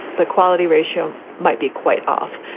the quality ratio might be quite off,